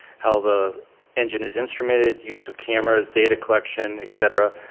how the engine is instrumented, use of cameras, data collection, et cetera,